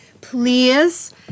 Please